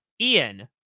Ian